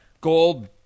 gold